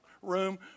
Room